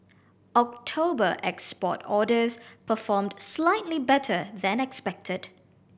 October export orders performed slightly better than expected